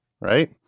right